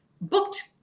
booked